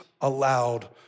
allowed